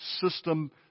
system